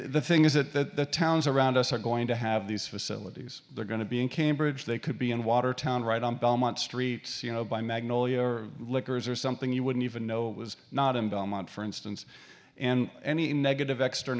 ing is that towns around us are going to have these facilities they're going to be in cambridge they could be in watertown right on belmont street you know by magnolia or liquors or something you wouldn't even know it was not in dominant for instance and any negative ext